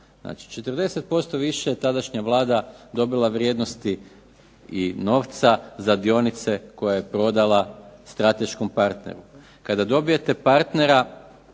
40% više je tadašnja Vlada dobila vrijednosti i novca za dionice koje je prodala strateškom partneru. Kada dobijete partnera